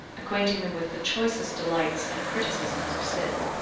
acquainting them with the choicest delights and criticisms of sin.